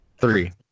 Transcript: three